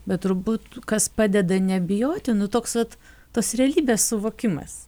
bet turbūt kas padeda nebijoti nu toks vat tos realybės suvokimas